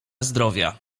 zdrowia